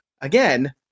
again